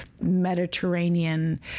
Mediterranean